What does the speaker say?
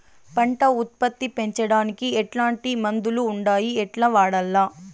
పంట ఉత్పత్తి పెంచడానికి ఎట్లాంటి మందులు ఉండాయి ఎట్లా వాడల్ల?